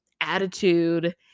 attitude